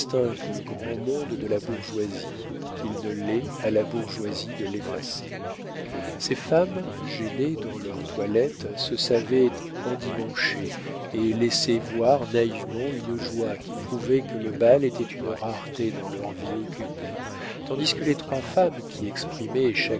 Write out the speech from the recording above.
le grand monde de la bourgeoisie qu'il ne l'est à la bourgeoisie de l'effacer ces femmes gênées dans leurs toilettes se savaient endimanchées et laissaient voir naïvement une joie qui prouvait que le bal était une rareté dans leur vie occupée tandis que les trois femmes qui exprimaient